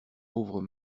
pauvres